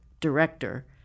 Director